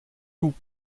loup